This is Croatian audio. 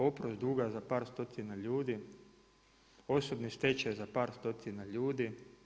Oprost duga za par stotina ljudi, osobni stečaj za par stotina ljudi.